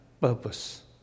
purpose